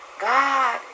God